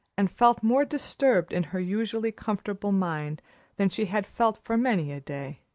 and felt more disturbed in her usually comfortable mind than she had felt for many a day.